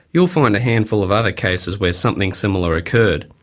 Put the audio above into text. you'll find a handful of other cases where something similar occurred.